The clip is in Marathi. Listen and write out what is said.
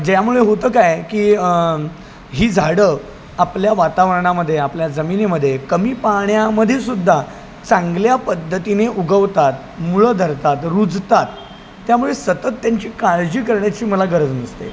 ज्यामुळे होतं काय की ही झाडं आपल्या वातावरणामध्ये आपल्या जमिनीमध्ये कमी पाण्यामध्ये सुद्धा चांगल्या पद्धतीने उगवतात मुळं धरतात रुजतात त्यामुळे सतत त्यांची काळजी करण्याची मला गरज नसते